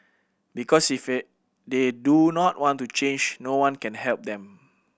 because if they do not want to change no one can help them